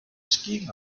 skiing